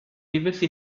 diversi